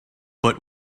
but